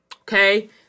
Okay